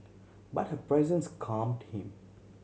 but her presence calmed him